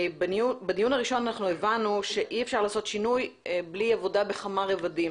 בדיון הראשון אנחנו הבנו שאי אפשר לעשות שינוי בלי עבודה בכמה רבדים